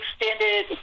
extended